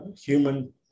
human